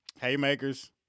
Haymakers